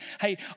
Hey